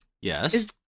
Yes